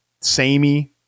samey